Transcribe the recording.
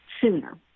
sooner